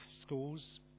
schools